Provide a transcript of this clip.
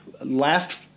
last